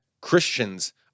Christians